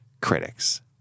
critics